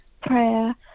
prayer